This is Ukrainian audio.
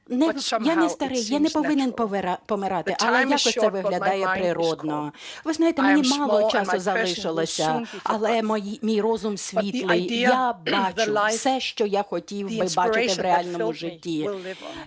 Я не старий. Я не повинен помирати, але якось це виглядає природно. Ви знаєте, мені мало часу залишилося, але мій розум світлий. Я бачу все, що я хотів би бачити в реальному житті.